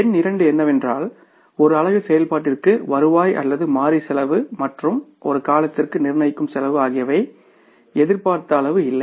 எண் இரண்டு என்னவென்றால் ஒரு அலகு செயல்பாட்டிற்கு வருவாய் அல்லது மாறி செலவு மற்றும் ஒரு காலத்திற்கு நிர்ணயிக்கும் செலவு ஆகியவை எதிர்பார்த்த அளவுக்கு இல்லை